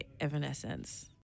Evanescence